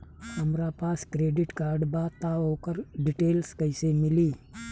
हमरा पास credit card बा त ओकर डिटेल्स कइसे मिली?